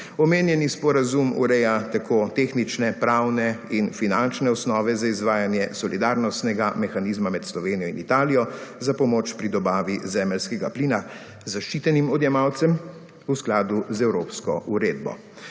Omenjeni sporazum ureja tako tehnične, pravne in finančne osnove za izvajanje solidarnostnega mehanizma med Slovenijo in Italijo za pomoč pri dobavi zemeljskega plina zaščitenim odjemalcem v skladu z evropsko uredbo.